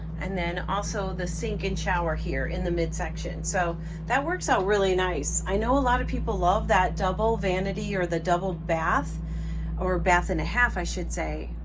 and then also the sink and shower here in the midsection. so that works out really nice. i know a lot of people love that double vanity or the double bath or a bath and a half i should say.